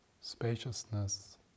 spaciousness